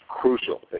crucial